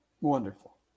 Wonderful